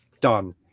done